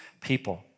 people